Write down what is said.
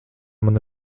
man